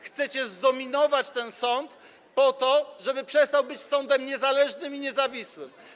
Chcecie zdominować ten sąd po to, żeby przestał być sądem niezależnym i niezawisłym.